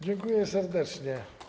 Dziękuję serdecznie.